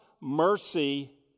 mercy